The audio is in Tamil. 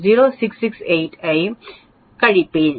0668 ஐ 4332 என்று கழிப்பேன்